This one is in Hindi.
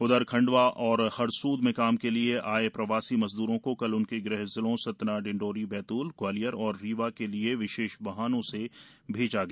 उधर खंडवा और हरसूद में काम के लिए आए प्रवासी मजद्रों को कल उनके ग़ह जिलों सतना डिंडोरी बैतूल ग्वालियर और रीवा के लिए विशेष वाहनों से भेजा गया